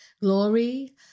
glory